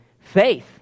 faith